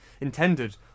intended